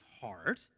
heart